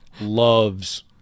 loves